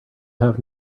have